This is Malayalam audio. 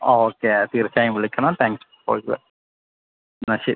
ഓ ഓക്കെ തീർച്ചയായും വിളിക്കണം താങ്ക്യൂ ഓക്കെ എന്നാൽ ശരി